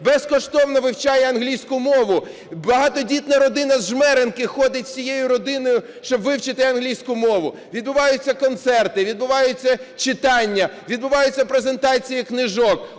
безкоштовно вивчає англійську мову, багатодітна родина з Жмеринки ходить всією родиною, щоб вивчити англійську мову. Відбуваються концерти, відбуваються читання, відбуваються презентації книжок.